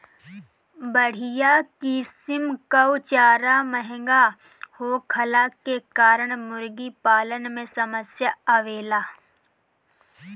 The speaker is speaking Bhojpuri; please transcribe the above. बढ़िया किसिम कअ चारा महंगा होखला के कारण मुर्गीपालन में समस्या आवेला